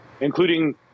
including